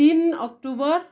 तिन अक्टोबर